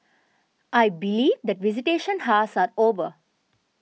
I believe that visitation hours are over